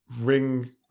ring